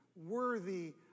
Worthy